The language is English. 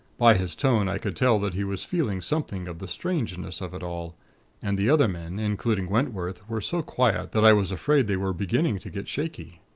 by his tone, i could tell that he was feeling something of the strangeness of it all and the other men, including wentworth, were so quiet that i was afraid they were beginning to get shaky.